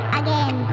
again